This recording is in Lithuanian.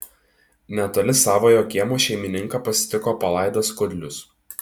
netoli savojo kiemo šeimininką pasitiko palaidas kudlius